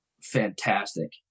fantastic